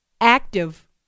active